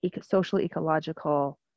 social-ecological